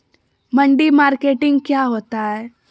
मंडी मार्केटिंग क्या होता है?